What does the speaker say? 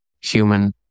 human